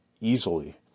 easily